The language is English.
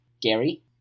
Gary